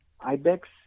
Ibex